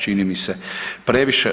Čini mi se previše.